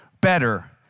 better